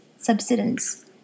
Subsidence